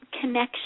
connection